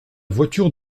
voiture